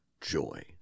joy